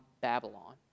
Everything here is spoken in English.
Babylon